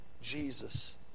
Jesus